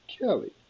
Kelly